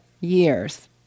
years